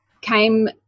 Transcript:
came